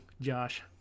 Josh